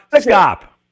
Stop